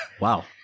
wow